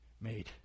made